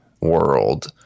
world